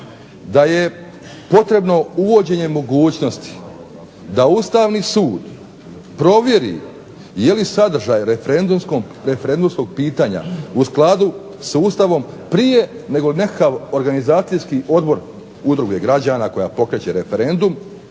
da je potrebno uvođenje mogućnosti da Ustavni sud provjeri je li sadržaj referendumskog pitanja u skladu sa Ustavom prije nego nekakav organizacijski odbor udruge građana koja pokreće referendum